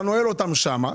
אתה נועל אותם שם.